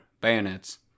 bayonets